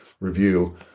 review